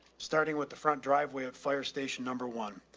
starting with the front driveway at fire station number one.